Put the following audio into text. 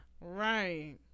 Right